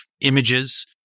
images